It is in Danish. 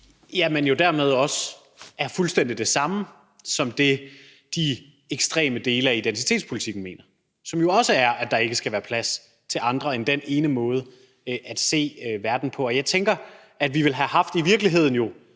dermed er det jo også fuldstændig det samme som det, de ekstreme dele af identitetspolitikken mener – som jo også er, at der ikke skal være plads til andre end den ene måde at se verden på. Og jeg tænker, at vi jo i virkeligheden